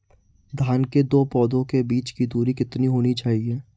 धान के दो पौधों के बीच की दूरी कितनी होनी चाहिए?